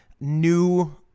new